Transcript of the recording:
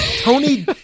Tony –